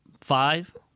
five